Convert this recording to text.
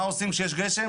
מה עושים כשיש גשם?